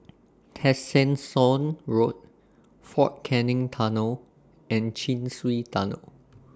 Tessensohn Road Fort Canning Tunnel and Chin Swee Tunnel